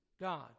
God